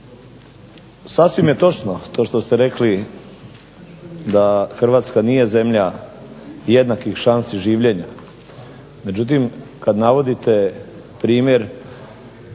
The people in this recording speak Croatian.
sasvim je točno to što ste rekli da Hrvatska nije zemlja jednakih šansi življenja, međutim kad navodite primjer